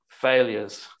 failures